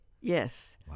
Yes